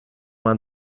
man